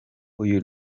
uyu